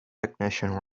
technician